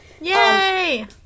yay